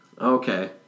Okay